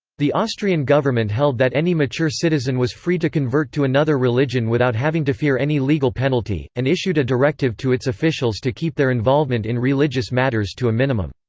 the austrian government held that any mature citizen was free to convert to another religion without having to fear any legal penalty, and issued a directive to its officials to keep their involvement in religious matters to a minimum.